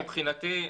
מבחינתי,